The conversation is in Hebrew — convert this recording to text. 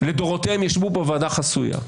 לדורותיהם ישבו פה בוועדה חסויה,